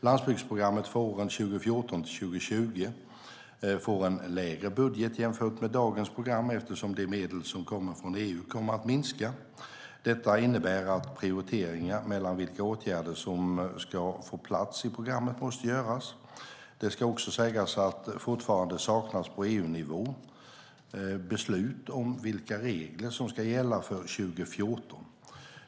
Landsbygdsprogrammet för åren 2014-2020 får en lägre budget jämfört med dagens program eftersom de medel som kommer från EU kommer att minska. Detta innebär att prioriteringar mellan vilka åtgärder som ska få plats i programmet måste göras. Det ska också sägas att det på EU-nivå fortfarande saknas beslut om vilka regler som ska gälla från 2014.